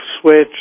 switch